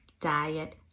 diet